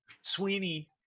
Sweeney